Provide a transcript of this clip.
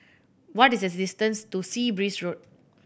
what is the distance to Sea Breeze Road